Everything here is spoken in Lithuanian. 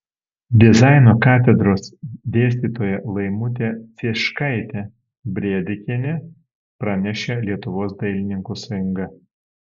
dizaino katedros dėstytoja laimutė cieškaitė brėdikienė pranešė lietuvos dailininkų sąjunga